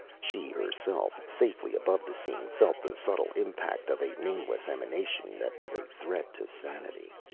she herself, safely above the scene, felt the subtle impact of a nameless emanation that was a threat to sanity.